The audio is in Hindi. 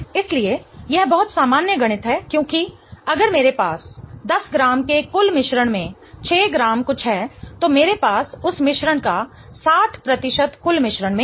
इसलिए यह बहुत सामान्य गणित है क्योंकि अगर मेरे पास 10 ग्राम के कुल मिश्रण में 6 ग्राम कुछ है तो मेरे पास उस मिश्रण का 60 प्रतिशत कुल मिश्रण में है